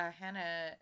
Hannah